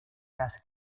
las